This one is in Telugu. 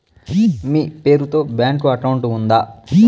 మీ పేరు తో బ్యాంకు అకౌంట్ ఉందా?